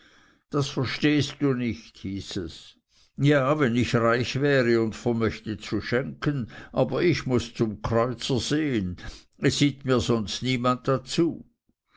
das verstehst du nicht hieß es ja wenn ich reich wäre und vermöchte zu schenken aber ich muß zum kreuzer sehen es sieht mir sonst niemand dazu